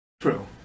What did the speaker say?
True